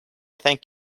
thank